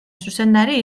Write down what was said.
zuzendari